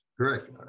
Correct